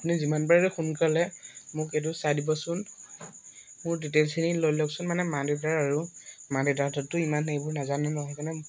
আপুনি যিমানবাৰে সোনকালে মোক এইটো চাই দিবচোন মোৰ ডিটেইলছখিনি লৈ লওকচোন মানে মা দেউতাৰ আৰু মা দেউতাহঁতেতো ইমান এইবোৰ নাজানো নহয় সেই কাৰণে